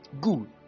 Good